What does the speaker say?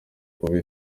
kuba